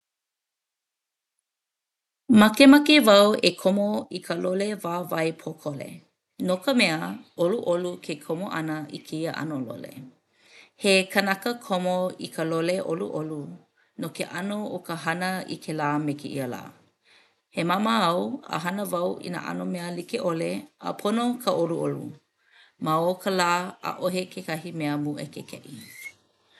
Makemake wau e komo i ka lole wāwae pōkole no ka mea ʻoluʻolu ke komo ʻana i kēia ʻano lole. He kanaka komo i ka lole ʻoluʻolu no ke ʻano o ka hana i kēlā me kēia lā, he māmā au a hana wau i nā ʻano mea like ʻole a pono ka ʻoluʻolu ma o ka lā ʻaʻohe kekahi mea mūʻekekeʻi.